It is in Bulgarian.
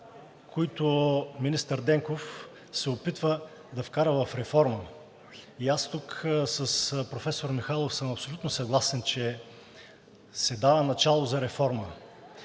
които министър Денков се опитва да вкара в реформа. И аз тук с професор Михайлов съм абсолютно съгласен, че се дава начало за реформа.